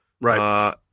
Right